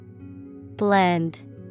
Blend